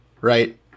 Right